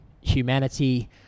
humanity